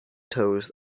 toes